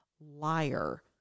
liar